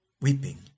weeping